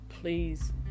please